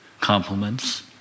compliments